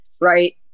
right